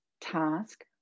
task